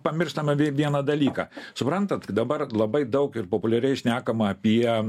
pamirštam apie vieną dalyką suprantat dabar labai daug ir populiariai šnekama apie